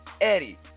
Eddie